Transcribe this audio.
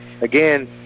again